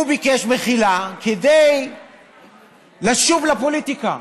הוא ביקש מחילה כדי לשוב לפוליטיקה,